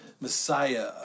Messiah